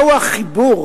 מהו החיבור